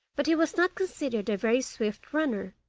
but he was not considered a very swift runner,